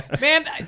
Man